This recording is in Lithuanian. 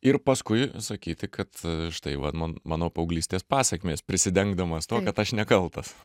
ir paskui sakyti kad štai vat man mano paauglystės pasekmės prisidengdamas tuo kad aš nekaltas